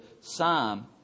psalm